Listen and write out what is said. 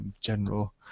general